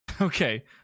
Okay